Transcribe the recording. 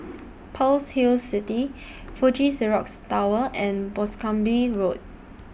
Pearl's Hill City Fuji Xerox Tower and Boscombe Road